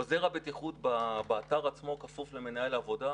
עוזר הבטיחות באתר עצמו כפוף למנהל העבודה.